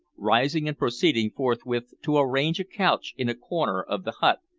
rising and proceeding forthwith to arrange a couch in a corner of the hut,